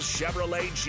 Chevrolet